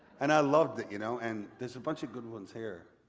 and i loved it. you know and there's a bunch of good ones here.